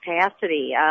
capacity